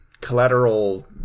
Collateral